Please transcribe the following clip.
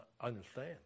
understand